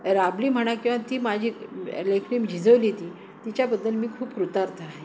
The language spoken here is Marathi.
राबली म्हणा किंवा ती माझी लेखणी झिजवली ती तिच्याबद्दल मी खूप कुतार्थ आहे